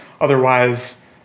Otherwise